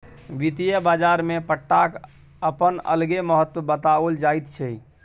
वित्तीय बाजारमे पट्टाक अपन अलगे महत्व बताओल जाइत छै